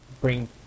bring